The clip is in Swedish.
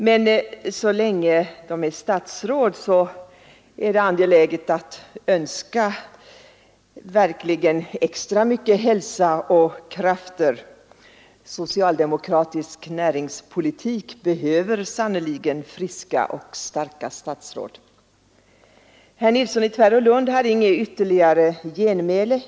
Men så länge de är statsråd, är det angeläget att önska dem extra mycket av hälsa och krafter. Socialdemokratisk näringspolitik behöver sannerligen friska och starka statsråd. Herr Nilsson i Tvärålund hade inte rätt till ytterligare genmäle.